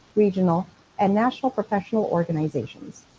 regional and national professional organizations.